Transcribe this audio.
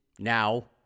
now